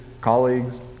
colleagues